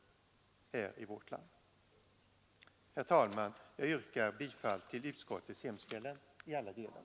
Herr talman! Jag yrkar bifall till utskottets hemställan i alla delar.